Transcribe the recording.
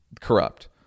corrupt